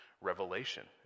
revelation